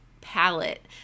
palette